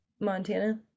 Montana